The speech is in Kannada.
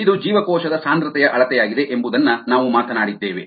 ಇದು ಜೀವಕೋಶದ ಸಾಂದ್ರತೆಯ ಅಳತೆಯಾಗಿದೆ ಎಂಬುದನ್ನ ನಾವು ಮಾತನಾಡಿದ್ದೇವೆ